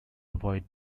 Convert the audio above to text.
avoid